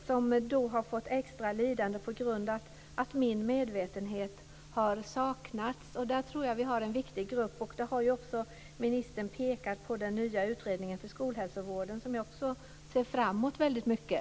Det handlar då om barn som har lidit extra på grund av att jag har saknat medvetenhet. Där tror jag att vi har en viktig grupp. Ministern har ju också pekat på den nya utredningen för skolhälsovården, som jag ser framemot väldigt mycket.